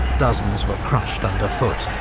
dozens were crushed underfoot.